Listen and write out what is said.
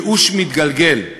ייאוש מתגלגל.